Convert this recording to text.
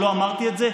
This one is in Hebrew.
שלא אמרתי את זה?